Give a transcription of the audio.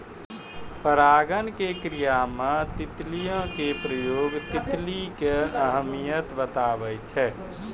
परागण के क्रिया मे तितलियो के प्रयोग तितली के अहमियत बताबै छै